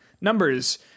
Numbers